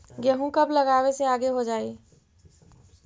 गेहूं कब लगावे से आगे हो जाई?